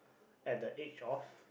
at the age of